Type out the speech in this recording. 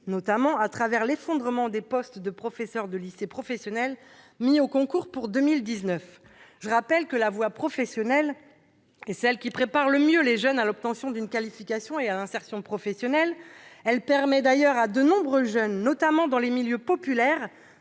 notamment, à travers l'effondrement des postes de professeurs de lycée professionnel mis au concours pour 2019. Je rappelle que la voie professionnelle est celle qui prépare le mieux les jeunes à l'obtention d'une qualification et à l'insertion professionnelle. Elle permet à de nombreux jeunes, notamment des milieux populaires,